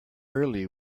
early